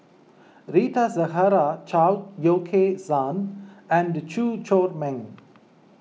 Rita Zahara Chao Yoke San and Chew Chor Meng